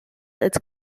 its